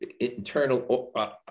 internal